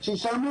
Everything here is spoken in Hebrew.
מה שהצעתי,